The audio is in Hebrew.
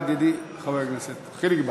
תודה רבה, ידידי חבר הכנסת חיליק בר.